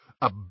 A